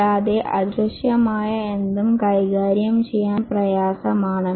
കൂടാതെ അദൃശ്യമായ എന്തും കൈകാര്യം ചെയ്യാൻ പ്രയാസമാണ്